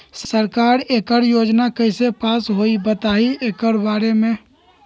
सरकार एकड़ योजना कईसे पास होई बताई एकर बारे मे?